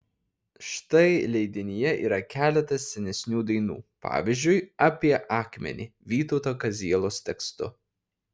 štai leidinyje yra keletas senesnių dainų pavyzdžiui apie akmenį vytauto kazielos tekstu